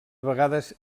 vegades